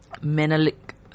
Menelik